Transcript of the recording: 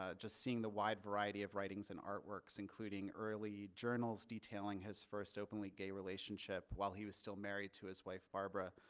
ah just seeing the wide variety of writings and artworks including early journals detailing his first openly gay relationship while he was still married to his wife, barbara,